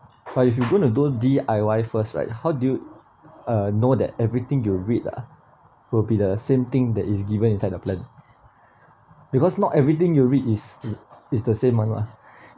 but if you're gonna do D_I_Y first right how do you uh know that everything you read ah will be the same thing that is given inside the plan because not everything you read is is the same [one] lah